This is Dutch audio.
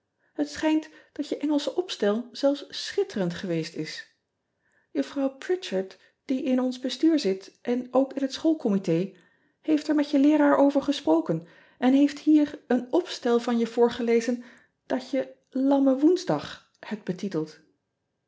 et schijnt dat je ngelsche opstel zelfs schitterend geweest is uffrouw ritchard die in ean ebster adertje angbeen ons bestuur zit en ook in het schoolcomité heeft er met je leeraar over gesproken en heeft hier een opstel van je voorgelezen dat je amme oesdag hebt betiteld